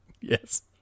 Yes